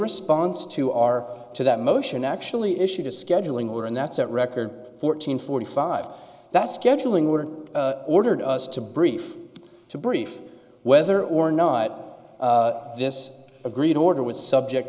response to our to that motion actually issued a scheduling were and that's that record fourteen forty five that's scheduling were ordered us to brief to brief whether or not this agreed order was subject